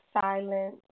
silence